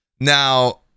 Now